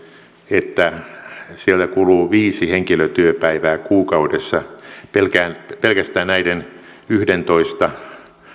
että siellä kuluu viisi henkilötyöpäivää kuukaudessa pelkästään pelkästään näiden yhdentoista